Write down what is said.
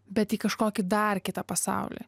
bet į kažkokį dar kitą pasaulį